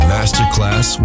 Masterclass